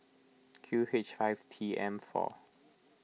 Q H five T M four